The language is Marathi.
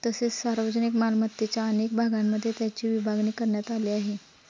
तसेच सार्वजनिक मालमत्तेच्या अनेक भागांमध्ये त्याची विभागणी करण्यात आली आहे